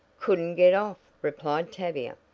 couldn't get off, replied tavia.